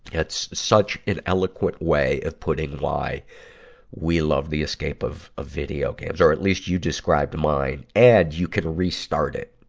that's such an eloquent way of putting why we love the escape of, of video games. or at least you described mine. and you can restart it.